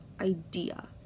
idea